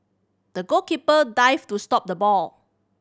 the goalkeeper dived to stop the ball